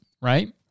right